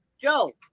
Joe